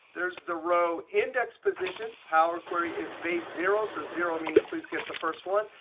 there's the row index position. power query is base zero. so zero means, please get the first one.